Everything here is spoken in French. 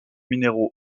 minerai